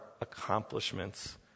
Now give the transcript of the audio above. accomplishments